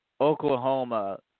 Oklahoma